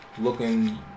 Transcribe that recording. looking